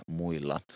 muilla